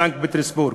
סנט-פטרסבורג.